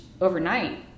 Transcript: overnight